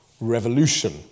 revolution